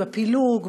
בפילוג,